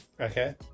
Okay